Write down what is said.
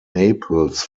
naples